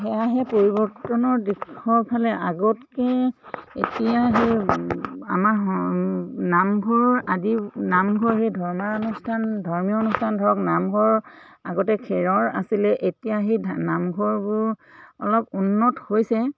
সেয়াহে পৰিৱৰ্তনৰ দিশৰ ফালে আগতকৈ এতিয়া সেই আমাৰ নামঘৰৰ আদি নামঘৰ সেই ধৰ্মানুষ্ঠান ধৰ্মীয় অনুষ্ঠান ধৰক নামঘৰ আগতে খেৰৰ আছিলে এতিয়া সেই নামঘৰবোৰ অলপ উন্নত হৈছে